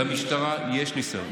למשטרה יש ניסיון,